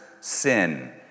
sin